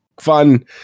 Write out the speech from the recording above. fun